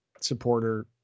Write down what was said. supporter